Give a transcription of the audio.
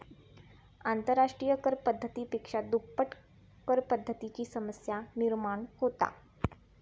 आंतरराष्ट्रिय कर पद्धती पेक्षा दुप्पट करपद्धतीची समस्या निर्माण होता